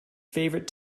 favorite